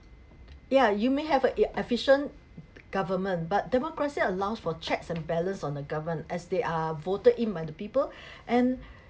ya you may have a efficient government but democracy allows for checks and balance on the government as they are voted in by the people and